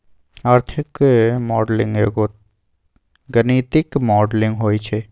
आर्थिक मॉडलिंग एगो गणितीक मॉडलिंग होइ छइ